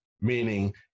meaning